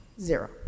zero